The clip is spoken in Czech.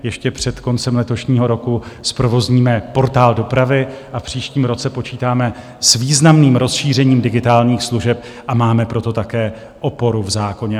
Ještě před koncem letošního roku zprovozníme Portál dopravy, v příštím roce počítáme s významným rozšířením digitálních služeb a máme pro to také oporu v zákoně.